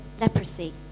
leprosy